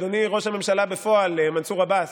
אדוני ראש הממשלה בפועל מנסור עבאס,